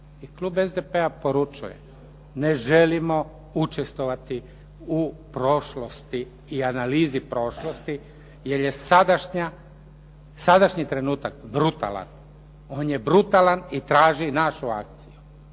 klub SDP-a poručuje, ne želimo učestvovati u prošlosti i analizi prošlosti jer je sadašnji trenutak brutalan, on je brutalan i traži našu akciju.